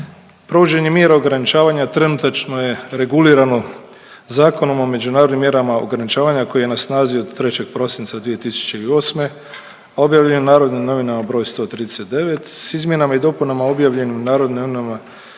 Provođenje mjera ograničavanja trenutačno je regulirano Zakonom o međunarodnim mjerama ograničavanja koji je na snazi od 3. prosinca 2008., objavljen u Narodnim novinama br. 139, s Izmjenama i dopunama objavljenim u Narodnim novinama